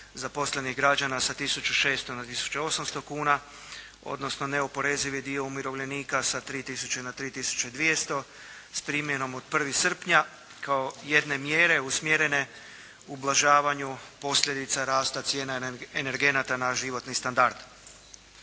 zaposlenih građana sa tisuću 600 na tisuću 800 kuna, odnosno neoporezivi dio umirovljenika sa 3 tisuće na 3 tisuće 200, s primjenom od 1. srpnja kao jedne mjere usmjerene ublažavanju posljedica rasta cijena energenata na životni standard.